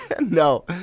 No